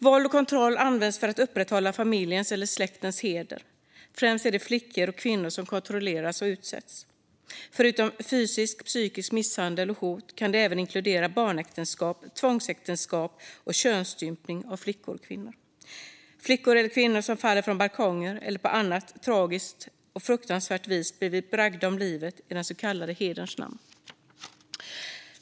Våld och kontroll används för att upprätthålla familjens eller släktens heder. Främst är det flickor och kvinnor som kontrolleras och utsätts. Förutom fysisk och psykisk misshandel och hot kan det även inkludera barnäktenskap, tvångsäktenskap och könsstympning av flickor och kvinnor. Flickor eller kvinnor har "fallit" från balkonger eller på annat fruktansvärt och tragiskt vis blivit bragta om livet i den så kallade hederns namn.